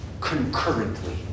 concurrently